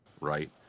right